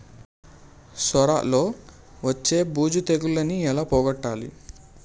సొర లో వచ్చే బూజు తెగులని ఏల పోగొట్టాలి?